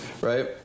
right